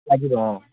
লাগিব অঁ